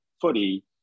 footy